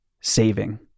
saving